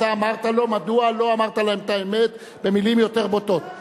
אתה אמרת לו: מדוע לא אמרת להם את האמת במלים יותר בוטות.